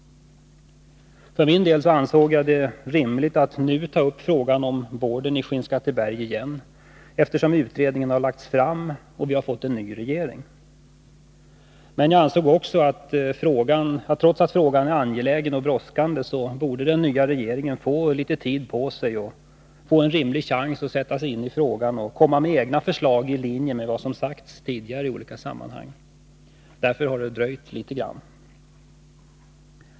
För min del ansåg jag det rimligt att nu ta upp frågan om boardtillverkningen i Skinnskatteberg på nytt, eftersom utredningen har lagts fram och vi har fått en ny regering. Men jag ansåg också att trots att, frågan är angelägen och brådskande, borde den nya regeringen få litet tid på sig och få en rimlig chans att sätta sig in i frågan och komma med egna förslag i linje med vad som sagts tidigare i olika sammanhang. Därför har det dröjt litet grand.